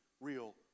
real